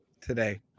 today